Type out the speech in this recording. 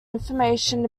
information